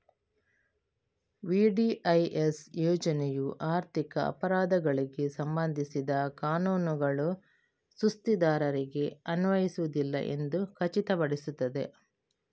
VDIS ಯೋಜನೆಯು ಆರ್ಥಿಕ ಅಪರಾಧಗಳಿಗೆ ಸಂಬಂಧಿಸಿದ ಕಾನೂನುಗಳು ಸುಸ್ತಿದಾರರಿಗೆ ಅನ್ವಯಿಸುವುದಿಲ್ಲ ಎಂದು ಖಚಿತಪಡಿಸುತ್ತದೆ